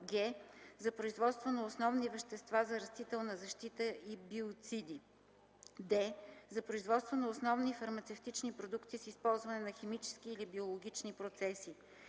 г) за производство на основни вещества за растителна защита и биоциди; д) за производство на основни фармацевтични продукти с използване на химически или биологични процеси;